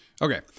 Okay